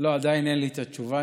לא, עדיין אין לי את התשובה.